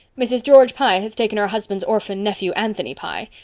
mrs. george pye has taken her husband's orphan nephew, anthony pye.